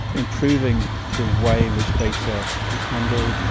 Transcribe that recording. improving the way in which data is handled,